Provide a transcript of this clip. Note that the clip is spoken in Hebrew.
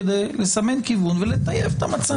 כדי לסמן כיוון ולטייב את המצב.